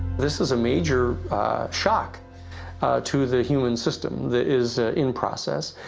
this is a major shock to the human system that is in process.